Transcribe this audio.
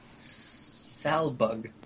Salbug